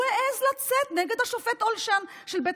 הוא העז לצאת נגד השופט אולשן של בית